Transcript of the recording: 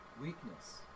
Weakness